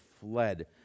fled